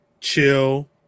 chill